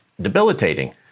debilitating